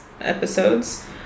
episodes